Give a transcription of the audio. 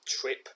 trip